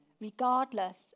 regardless